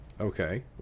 okay